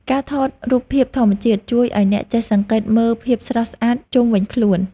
ការថតរូបភាពធម្មជាតិ ជួយឱ្យអ្នកចេះសង្កេតមើលភាពស្រស់ស្អាតជុំវិញខ្លួន។